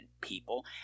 people